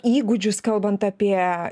įgūdžius kalbant apie